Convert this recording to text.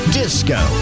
disco